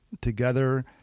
together